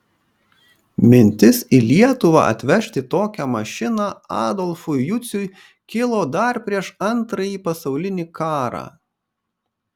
mintis į lietuvą atvežti tokią mašiną adolfui juciui kilo dar prieš antrąjį pasaulinį karą